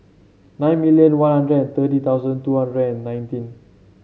nine million One Hundred and thirty thousand two hundred and nineteen